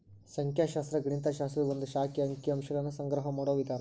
ಸಂಖ್ಯಾಶಾಸ್ತ್ರ ಗಣಿತ ಶಾಸ್ತ್ರದ ಒಂದ್ ಶಾಖೆ ಅಂಕಿ ಅಂಶಗಳನ್ನ ಸಂಗ್ರಹ ಮಾಡೋ ವಿಧಾನ